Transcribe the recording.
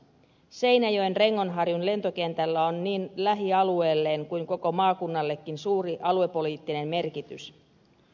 seinäjoen rengonharjun lentokentällä on niin lähialueelleen kuin koko maakunnallekin suuri aluepoliittinen merkitys